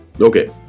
Okay